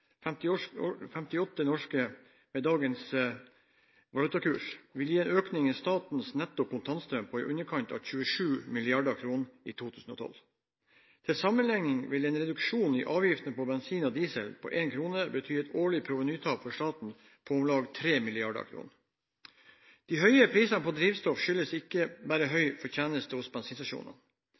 fat, 58 NOK med dagens valutakurs, vil gi en økning i statens netto kontantstrøm på i underkant av 27 mrd. kr i 2012. Til sammenligning vil en reduksjon i avgiftene på bensin og diesel på én krone bety et årlig provenytap for staten på om lag 3 mrd. kr. De høye prisene på drivstoff skyldes ikke bare høy fortjeneste hos